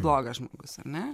blogas žmogus ar ne